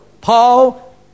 Paul